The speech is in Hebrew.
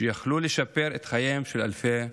שיכלו לשפר את חייהם של אלפי אזרחים.